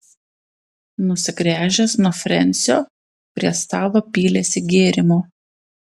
nusigręžęs nuo frensio prie stalo pylėsi gėrimo